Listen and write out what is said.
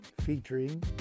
featuring